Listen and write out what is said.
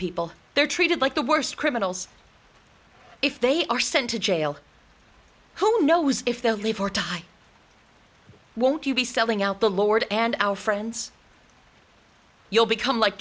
people they're treated like the worst criminals if they are sent to jail who knows if they'll leave or to hide won't you be selling out the lord and our friends you'll become like